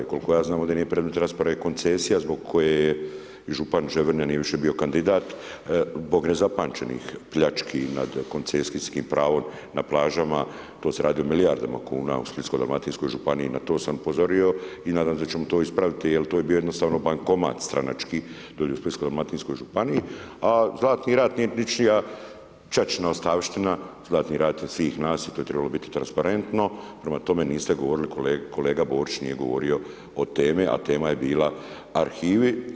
Koliko ja znam ovdje nije predmet rasprave koncesija zbog koje je župan Ževrnja nije više bio kandidat, zbog nezapamćenih pljački nad koncesijskim pravom na plažama, tu se radi o milijardama kuna u Splitsko-dalmatinskoj županiji, na to sam upozorio, i nadam se da ćemo ispraviti jer to je bio jednostavno bankomat stranački dolje u Splitsko-dalmatinskoj županiji, a Zlatni rat nije ničija ćaćina ostavština, Zlatni rat je od svih nas i to je trebalo biti transparentno, prema tome niste govorili, kolega Borić nije govorio o temi, a tema je bila arhivi.